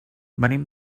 venim